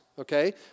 okay